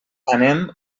anem